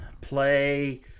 Play